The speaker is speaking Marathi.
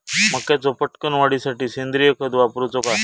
मक्याचो पटकन वाढीसाठी सेंद्रिय खत वापरूचो काय?